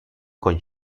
con